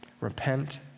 repent